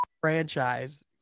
franchise